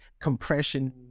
compression